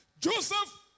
Joseph